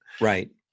Right